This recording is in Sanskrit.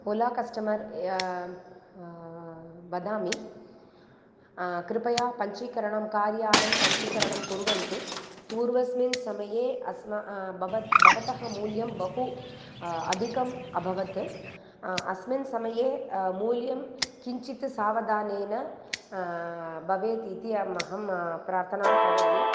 ओला कस्टमर् वदामि कृपया पञ्चीकरणं कार्यानं पञ्चीकरणं कुर्वन्तु पूर्वस्मिन् समये अस्म बव भवतः मूल्यं बहु अधिकम् अभवत् अस्मिन् समये मूल्यं किञ्चित् सावधानेन भवेत् इति म अहं प्रार्थना करोमि